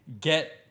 get